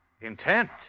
Intent